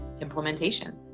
implementation